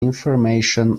information